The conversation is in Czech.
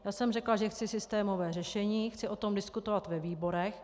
Já jsem řekla, že chci systémové řešení, chci o tom diskutovat ve výborech.